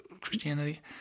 Christianity